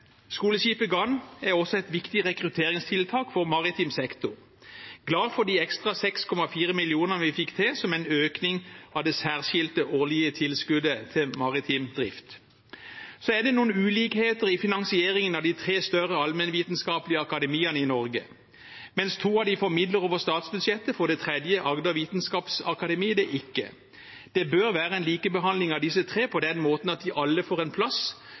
Skoleskipet Gann er også et viktig rekrutteringstiltak for maritim sektor. Jeg er glad for de ekstra 6,4 mill. kr vi fikk til som en økning av det særskilte årlige tilskuddet til maritim drift. Så er det noen ulikheter i finansieringen av de tre større allmennvitenskapelige akademiene i Norge. Mens to av dem får midler over statsbudsjettet, får det tredje, Agder Vitenskapsakademi, det ikke. Det bør være en likebehandling av disse tre på den måten at de alle får en plass